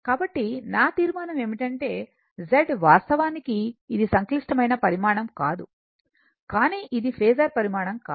కాబట్టి నా తీర్మానం ఏమిటంటే Z వాస్తవానికి ఇది సంక్లిష్టమైన పరిమాణం కాదు కానీ ఇది ఫేసర్ పరిమాణం కాదు